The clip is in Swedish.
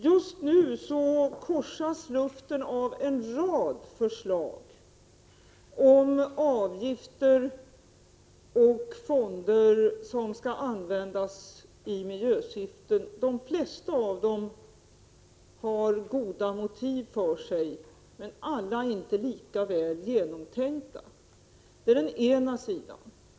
Just nu korsas luften av en rad förslag om avgifter och fonder som skall användas i miljösyfte. De flesta av dem har goda motiv för sig, men alla är inte lika väl genomtänkta. Det är den ena sidan.